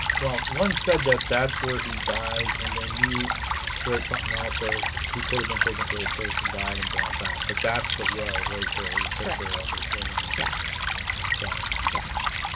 well once said that that's where he died and then you read something else that he could have been taken to a church and died and brought back but that's the well right there the picture ever show me yeah so yes